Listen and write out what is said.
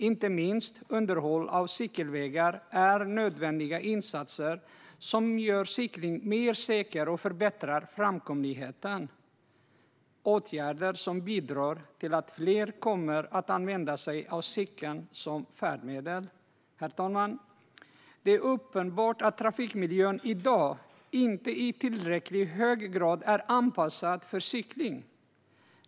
Inte minst underhåll av cykelvägar är nödvändiga insatser som gör cykling mer säker och förbättrar framkomligheten. Detta är åtgärder som bidrar till att fler kommer att använda sig av cykeln som färdmedel. Herr talman! Det är uppenbart att trafikmiljön i dag inte i tillräckligt hög grad är anpassad för cykling.